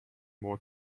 more